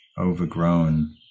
overgrown